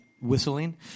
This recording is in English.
whistling